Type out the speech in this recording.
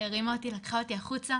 הרימה אותי, לקחה אותי החוצה.